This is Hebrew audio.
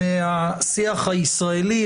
מהשיח הישראלי,